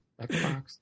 Xbox